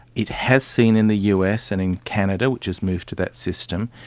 it has seen in the us and in canada, which has moved to that system,